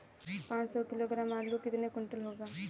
पाँच सौ किलोग्राम आलू कितने क्विंटल होगा?